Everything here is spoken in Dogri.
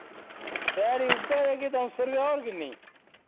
ध्याड़ी उ'ऐ जेह्की द'ऊं सौ रपेआ होर किन्नी